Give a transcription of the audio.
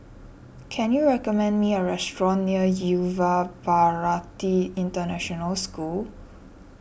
can you recommend me a restaurant near Yuva Bharati International School